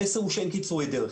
המסר הוא שאין קיצורי דרך.